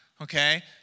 okay